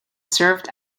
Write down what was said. served